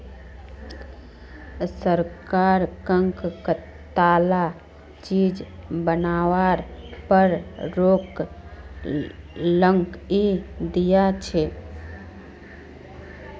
सरकार कं कताला चीज बनावार पर रोक लगइं दिया छे